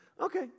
Okay